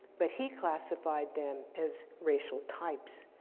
but he classified them as racial types.